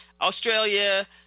Australia